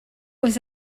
was